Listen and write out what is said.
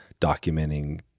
documenting